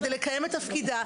כדי לקיים את תפקידה,